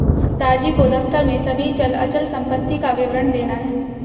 पिताजी को दफ्तर में सभी चल अचल संपत्ति का विवरण देना है